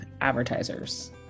advertisers